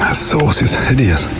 ah sauce is hideous.